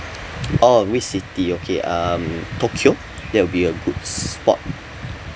oh which city okay um tokyo that will be a good spot